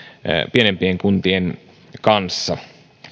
pienempien kuntien kanssa